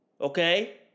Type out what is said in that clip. okay